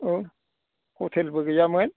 हटेलबो गैयामोन